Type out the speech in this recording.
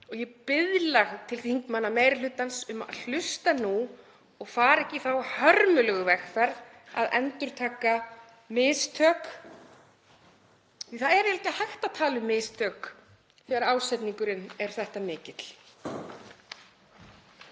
Ég biðla til þingmanna meiri hlutans að hlusta nú og fara ekki í þá hörmulegu vegferð að endurtaka mistök, og það er eiginlega ekki hægt að tala um mistök þegar ásetningurinn er þetta mikill.